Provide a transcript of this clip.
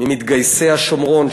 ממתגייסי השומרון,